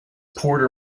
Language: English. porter